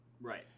Right